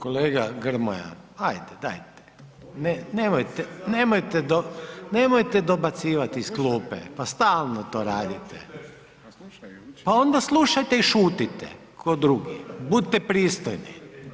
Kolega Grmoja, ajde dajte, nemojte, nemojte, nemojte dobacivat iz klupe, pa stalno to radite, pa onda slušajte i šutite ko drugi, budite pristojni.